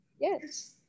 Yes